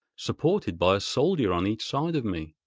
supported by a soldier on each side of me.